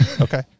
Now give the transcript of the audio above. Okay